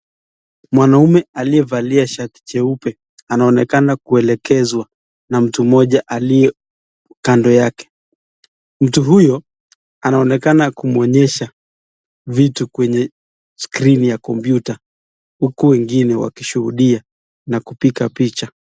Mwanaume aliyevalia shati jeupe anaonekana kuelekezwa na mtu mmoja aliye kando yake, mtu huyo anaonekana kumuonyesha vitu kwenye skrini ya kompyuta huku wengine wakishuhudia na kupiga picha.